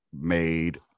made